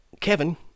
Kevin